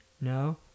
No